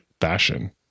fashion